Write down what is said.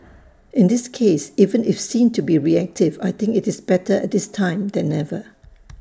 in this case even if seen to be reactive I think IT is better at this time than never